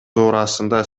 туурасында